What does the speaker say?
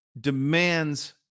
demands